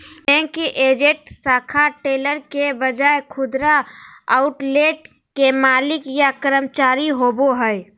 bank agent शाखा teller के बजाय खुदरा आउटलेट के मालिक या कर्मचारी होवो हइ